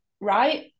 right